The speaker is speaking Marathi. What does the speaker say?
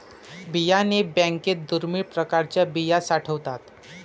बियाणे बँकेत दुर्मिळ प्रकारच्या बिया साठवतात